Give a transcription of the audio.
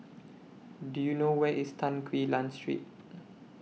Do YOU know Where IS Tan Quee Lan Street